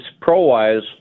pro-wise